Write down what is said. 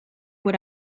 what